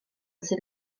sydd